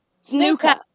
Snooker